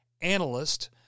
analyst